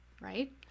right